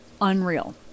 unreal